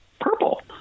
purple